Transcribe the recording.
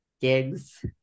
gigs